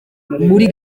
muri